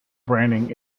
branding